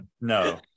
no